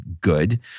good